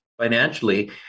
financially